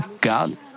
God